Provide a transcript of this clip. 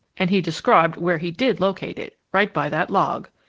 and he described where he did locate it, right by that log.